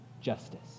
justice